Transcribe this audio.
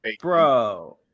bro